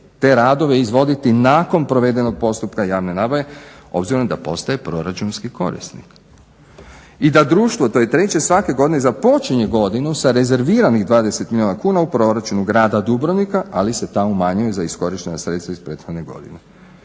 te radove izvoditi nakon provedenog postupka javne nabave obzirom da postaje proračunski korisnik. I da društvo, to je treće, svake godine započinje godinu sa rezerviranih 20 milijuna kuna u proračunu grada Dubrovnika, ali se tamo umanjuje za iskorištena sredstva iz prethodne godine.